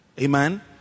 Amen